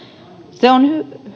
se on